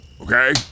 Okay